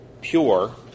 pure